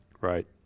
Right